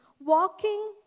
Walking